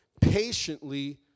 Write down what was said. Patiently